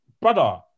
brother